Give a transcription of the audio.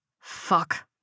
Fuck